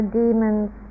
demons